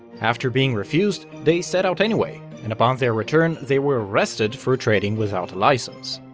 after being refused, they set out anyway, and upon their return they were arrested for trading without a license.